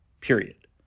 period